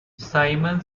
simon